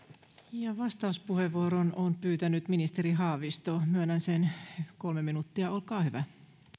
vastauspuheenvuoron on pyytänyt ministeri haavisto myönnän sen kolme minuuttia olkaa hyvä